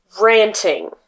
ranting